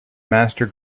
master